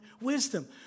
wisdom